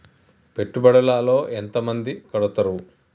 పెట్టుబడుల లో ఎంత మంది కడుతరు?